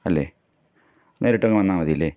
അല്ലെ നേരിട്ടങ്ങ് വന്നാൽ മതിയല്ലെ